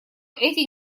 эти